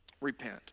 Repent